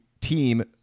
team